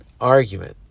argument